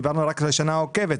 דיברנו רק על שנה עוקבת,